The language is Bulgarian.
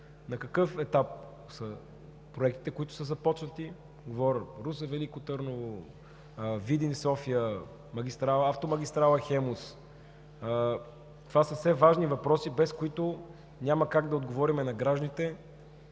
на какъв етап са проектите, които са започнати, говоря за: Русе – Велико Търново, Видин – София, автомагистрала „Хемус“. Това са все важни въпроси, без които няма как да отговорим на гражданите